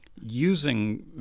using